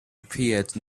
appeared